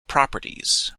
properties